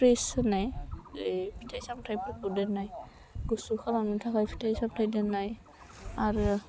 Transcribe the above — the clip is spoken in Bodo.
फ्रिज होन्नाय फिथाय सामथायफोरखौ दोननाय गुसु खालामनो थाखाय फिथाइ सामथाइ दोन्नाय आरो